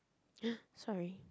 sorry